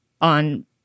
on